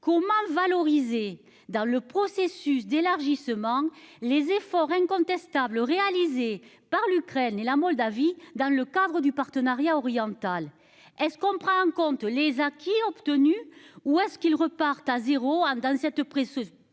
qu'mal valorisé dans le processus d'élargissement. Les efforts incontestables réalisés par l'Ukraine et la Moldavie, dans le cadre du Partenariat oriental. Est-ce qu'on prend en compte les acquis obtenus ou est-ce qu'il reparte à 0 dans cette presse procédure